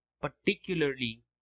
particularly